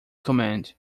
command